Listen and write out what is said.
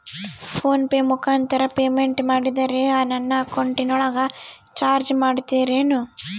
Phone pay ಮುಖಾಂತರ payment ಮಾಡಿದರೆ ನನ್ನ ಅಕೌಂಟಿನೊಳಗ ಚಾರ್ಜ್ ಮಾಡ್ತಿರೇನು?